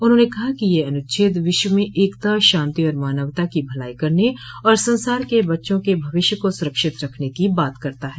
उन्होंने कहा कि यह अनुच्छेद विश्व में एकता शांति और मानवता को भलाई करने और संसार के बच्चों के भविष्य को सुरक्षित रखने की बात करता है